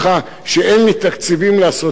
אין לי תקציבים לעשות את הדברים,